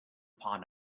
upon